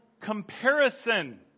comparison